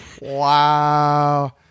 wow